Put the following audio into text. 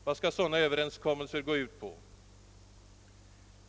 Vad skall sådana överenskommelser gå ut på?